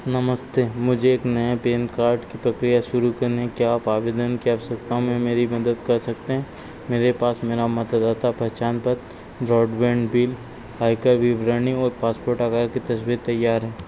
नमस्ते मुझे एक नए पैन कार्ड की प्रक्रिया शुरू करनी है क्या आप आवेदन की आवश्यकताओं में मेरी मदद कर सकते हैं मेरे पास मेरा मतदाता पहचान पत्र ब्रॉडबैंड बिल आयकर विवरणी और पासपोर्ट आकार की तस्वीर तैयार है